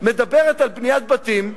מדברת על בניית בתים,